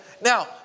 Now